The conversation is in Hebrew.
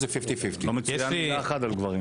לא מצוינת מילה אחת על גברים.